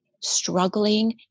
struggling